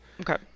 Okay